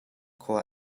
khua